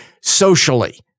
socially